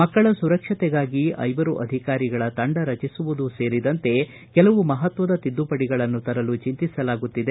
ಮಕ್ಕಳ ಸುರಕ್ಷತೆಗಾಗಿ ಐವರು ಅಧಿಕಾರಿಗಳ ತಂಡ ರಚಿಸುವುದೂ ಸೇರಿದಂತೆ ಕೆಲವು ಮಹತ್ವದ ತಿದ್ದುಪಡಿಗಳನ್ನು ತರಲು ಚಿಂತಿಸಲಾಗುತ್ತಿದೆ